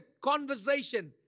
conversation